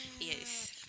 Yes